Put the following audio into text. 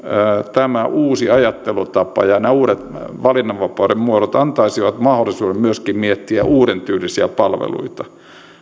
tämä uusi ajattelutapa ja nämä uudet valinnanvapauden muodot antaisivat mahdollisuuden myöskin miettiä uuden tyylisiä palveluita